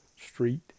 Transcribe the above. Street